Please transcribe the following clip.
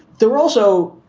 they're also,